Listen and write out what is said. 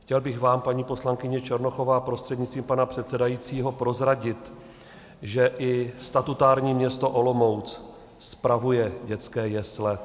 Chtěl bych vám, paní poslankyně Černochová, prostřednictvím pana předsedajícího prozradit, že i statutární město Olomouc spravuje dětské jesle.